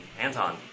Anton